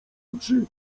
oczy